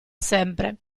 sempre